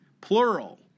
plural